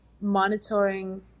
monitoring